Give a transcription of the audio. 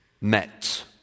met